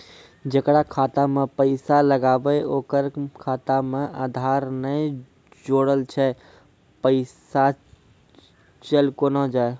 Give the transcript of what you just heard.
जेकरा खाता मैं पैसा लगेबे ओकर खाता मे आधार ने जोड़लऽ छै पैसा चल कोना जाए?